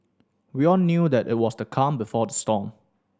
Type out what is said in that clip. we all knew that it was the calm before the storm